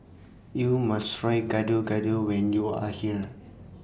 YOU must Try Gado Gado when YOU Are here